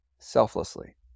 selflessly